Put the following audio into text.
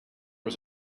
was